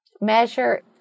measure